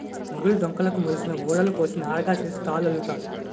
మొగులు డొంకలుకు మొలిసిన ఊడలు కోసి నారగా సేసి తాళల్లుతారు